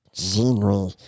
genre